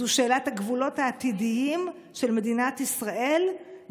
זו שאלת הגבולות העתידיים של מדינת ישראל,